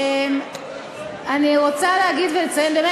באמת,